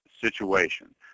situation